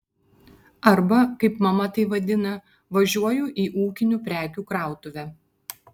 arba kaip mama tai vadina važiuoju į ūkinių prekių krautuvę